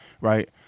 right